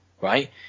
right